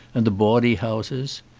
and the bawdy houses.